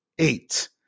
eight